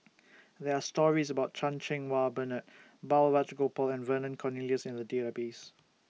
There Are stories about Chan Cheng Wah Bernard Balraj Gopal and Vernon Cornelius in The Database